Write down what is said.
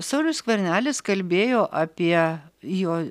saulius skvernelis kalbėjo apie jo